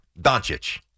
Doncic